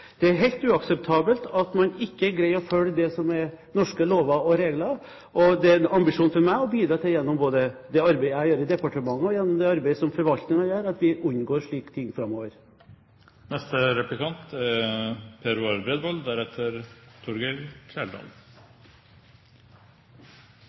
Det er helt uakseptabelt at man ikke greier å følge det som er norske lover og regler, og det er en ambisjon for meg å bidra til, gjennom både det arbeidet jeg gjør i departementet, og gjennom det arbeidet som forvaltningen gjør, at vi unngår slike ting framover. Det kan synes som antallet tapte rein som skyldes rovdyr, er